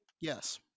Yes